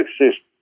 exist